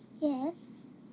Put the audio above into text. Yes